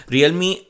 Realme